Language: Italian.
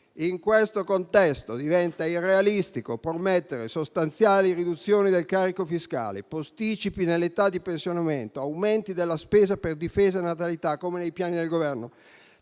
In questo contesto, diventa irrealistico permettere sostanziali riduzioni del carico fiscale, posticipi dell'età di pensionamento, aumenti della spesa per Difesa e natalità come nei piani del Governo,